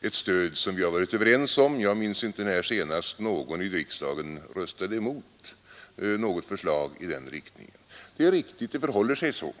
ett stöd som vi har varit överens om — jag minns inte när senast någon i riksdagen röstade emot något förslag i den riktningen. Det är riktigt, det förhåller sig så.